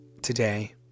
today